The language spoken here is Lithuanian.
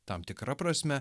tam tikra prasme